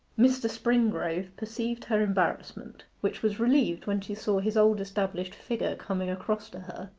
mr. springrove perceived her embarrassment, which was relieved when she saw his old-established figure coming across to her,